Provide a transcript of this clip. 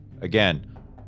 again